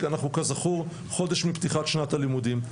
כי אנחנו כזכור חודש מפתיחת שנת הלימודים.